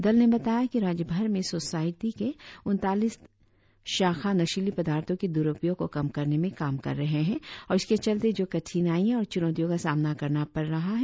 दल ने बताया कि राज्यभर में सोसायटी के उनतालीस शाखा नशीली पदार्थों के दुरुपयोग को कम करने में काम कर रहे है और इसके चलते जो कठिनाइयां और चुनौतियों का सामना करना पड़ रहा है